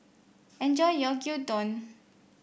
enjoy your Gyudon